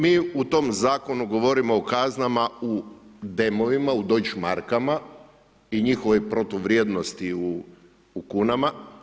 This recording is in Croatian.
Mi u tom zakonu govorimo o kaznama u DM-ovima, u Deutche Mark-ama i njihove protuvrijednosti u kunama.